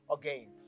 again